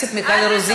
חברת הכנסת מיכל רוזין.